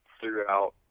throughout